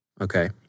Okay